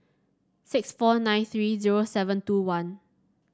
six four nine three zero seven two one